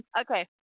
Okay